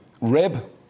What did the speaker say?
rib